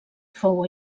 fou